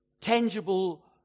tangible